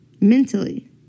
mentally